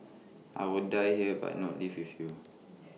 I will die here but not leave with you